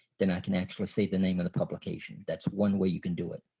then i can actually say the name of the publication. that's one way you can do it.